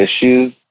issues